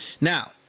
Now